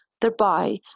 thereby